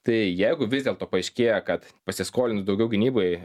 tai jeigu vis dėlto paaiškėja kad pasiskolin daugiau gynybai